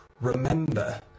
Remember